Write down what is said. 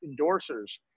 endorsers